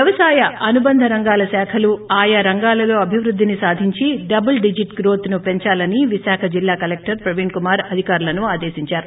వ్యవసాయ అనుబంధరంగాల శాఖలు ఆయా రంగాలలో అభివృద్దిని సాధించి డబుల్ డిజిట్ గ్రోత్ను పెందాలని విశాఖ జిల్లా కలెక్లర్ ప్రవీణ్ కుమార్ అధికారులను ఆదేశించారు